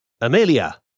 Amelia